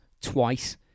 Twice